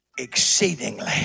exceedingly